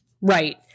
Right